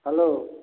hello